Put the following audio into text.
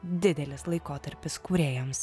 didelis laikotarpis kūrėjams